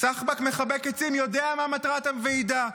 סחבק מחבק עצים יודע מה מטרת הוועידה.